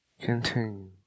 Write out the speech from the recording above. Continue